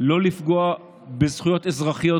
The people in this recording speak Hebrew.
בלי לפגוע בזכויות אזרחיות,